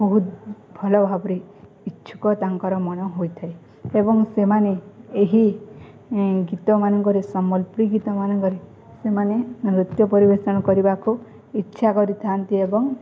ବହୁତ ଭଲଭାବରେ ଇଚ୍ଛୁକ ତାଙ୍କର ମନ ହୋଇଥାଏ ଏବଂ ସେମାନେ ଏହି ଗୀତମାନଙ୍କରେ ସମ୍ବଲପୁରୀ ଗୀତମାନଙ୍କରେ ସେମାନେ ନୃତ୍ୟ ପରିବେଷଣ କରିବାକୁ ଇଚ୍ଛା କରିଥାନ୍ତି ଏବଂ